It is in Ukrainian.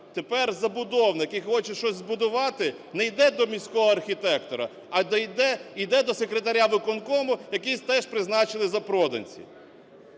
Тепер забудовник і хоче щось збудувати - не йде до міського архітектора, а йде до секретаря виконкому, який теж призначили запроданці.